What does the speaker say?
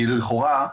לכאורה,